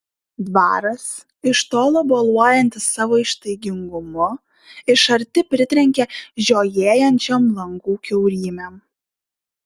dvaras iš tolo boluojantis savo ištaigingumu iš arti pritrenkia žiojėjančiom langų kiaurymėm